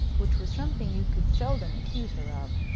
which was something you could seldom accuse her of.